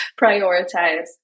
prioritize